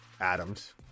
Adams